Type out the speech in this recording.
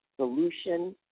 solution